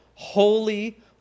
Holy